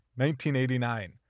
1989